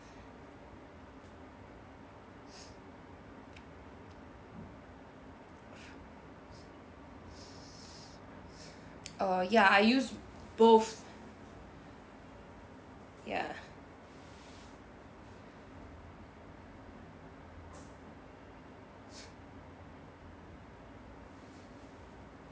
uh ya I use both ya